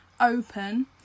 open